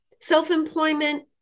self-employment